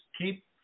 keep